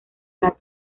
palos